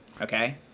okay